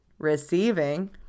Receiving